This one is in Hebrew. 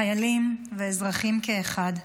חיילים ואזרחים כאחד,